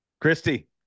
Christy